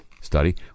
study